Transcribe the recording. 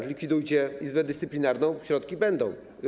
Zlikwidujcie Izbę Dyscyplinarną, to środki będą.